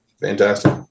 fantastic